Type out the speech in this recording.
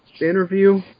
interview